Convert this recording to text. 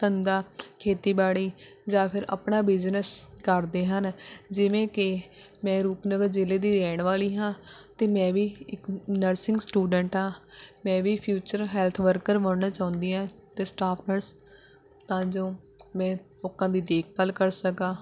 ਧੰਦਾ ਖੇਤੀਬਾੜੀ ਜਾਂ ਫਿਰ ਆਪਣਾ ਬਿਜ਼ਨਸ ਕਰਦੇ ਹਨ ਜਿਵੇਂ ਕਿ ਮੈਂ ਰੂਪਨਗਰ ਜ਼ਿਲ੍ਹੇ ਦੀ ਰਹਿਣ ਵਾਲੀ ਹਾਂ ਅਤੇ ਮੈਂ ਵੀ ਇੱਕ ਨਰਸਿੰਗ ਸਟੂਡੈਂਟ ਹਾਂ ਮੈਂ ਵੀ ਫਿਊਚਰ ਹੈਲਥ ਵਰਕਰ ਬਣਨਾ ਚਾਹੁੰਦੀ ਹਾਂ ਅਤੇ ਸਟਾਫ ਨਰਸ ਤਾਂ ਜੋ ਮੈਂ ਲੋਕਾਂ ਦੀ ਦੇਖਭਾਲ ਕਰ ਸਕਾਂ